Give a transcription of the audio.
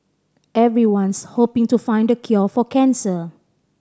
everyone's hoping to find the cure for cancer